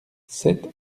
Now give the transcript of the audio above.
sept